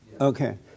Okay